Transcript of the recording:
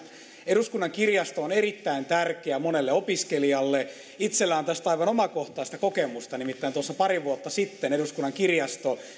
eduskunnan kirjasto on erittäin tärkeä monelle opiskelijalle itselläni on tästä aivan omakohtaista kokemusta nimittäin tuossa pari vuotta sitten eduskunnan kirjasto